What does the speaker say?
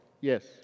Yes